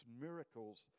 miracles